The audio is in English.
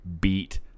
beat